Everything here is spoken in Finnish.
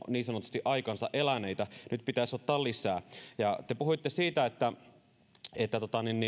niin sanotusti aikansa eläneitä nyt pitäisi ottaa lisää te puhuitte siitä että että